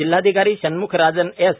जिल्हाधिकारी शण्मुगराजन एस